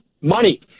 Money